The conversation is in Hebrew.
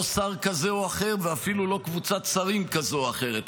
ולא שר כזה או אחר ואפילו לא קבוצת שרים כזו או אחרת,